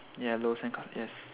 yellow sandca~ yes